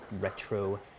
retro